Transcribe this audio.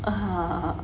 (uh huh)